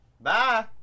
Bye